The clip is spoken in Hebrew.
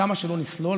כמה שלא נסלול,